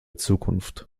zukunft